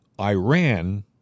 Iran